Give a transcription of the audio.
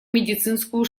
медицинскую